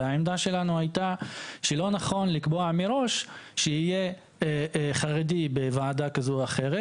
והעמדה שלנו הייתה שלא נכון לקבוע מראש שיהיה חרדי בוועדה כזו או אחרת,